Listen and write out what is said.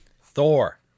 Thor